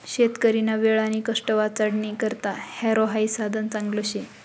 शेतकरीना वेळ आणि कष्ट वाचाडानी करता हॅरो हाई साधन चांगलं शे